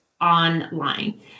online